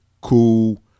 Cool